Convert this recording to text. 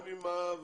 גם עם הוועד,